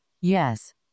Yes